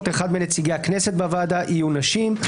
אחד מנציגי הכנסת בוועדה יהיו נשים;".